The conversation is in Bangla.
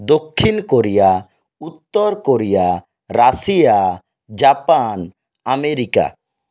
দক্ষিণ কোরিয়া উত্তর কোরিয়া রাশিয়া জাপান আমেরিকা